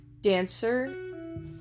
dancer